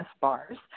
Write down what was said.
Bars